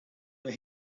but